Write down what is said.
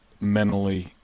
mentally